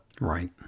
Right